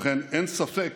לכן, אין ספק